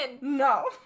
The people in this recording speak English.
No